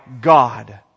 God